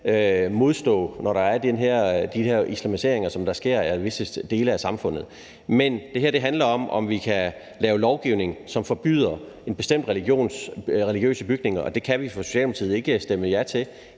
modstå, når der er den her islamisering, som sker i visse dele af samfundet. Men det her handler om, om vi kan lave lovgivning, som forbyder en bestemt religions religiøse bygninger, og det kan vi fra Socialdemokratiets side ikke stemme ja til,